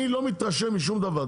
אני לא מתרשם משום דבר,